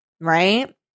right